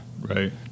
right